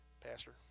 Pastor